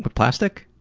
but plastic?